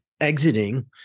exiting